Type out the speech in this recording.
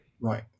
Right